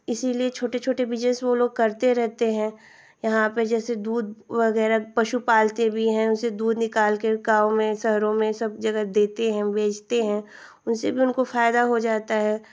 इसलिए छोटे छोटे बिज़नेस वह लोग करते रहते हैं यहाँ पर जैसे दूध वग़ैरह पशु पालते भी हैं दूध निकालकर गाँव में शहरों में सब जगह देते हैं बेचते हैं उससे भी उनको फ़ायदा हो जाता है